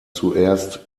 zuerst